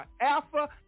alpha